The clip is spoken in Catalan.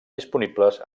disponibles